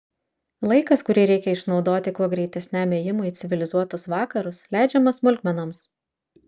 laikas kurį reikia išnaudoti kuo greitesniam ėjimui į civilizuotus vakarus leidžiamas smulkmenoms